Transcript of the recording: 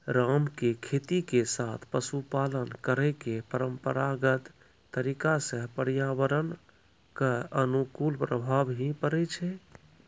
राम के खेती के साथॅ पशुपालन करै के परंपरागत तरीका स पर्यावरण कॅ अनुकूल प्रभाव हीं पड़ै छै